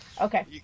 okay